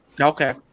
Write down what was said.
Okay